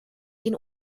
den